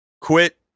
quit